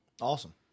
Awesome